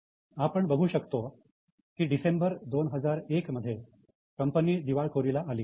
आपण बघू शकतो की डिसेंबर 2001 मध्ये कंपनी दिवाळखोरीला आली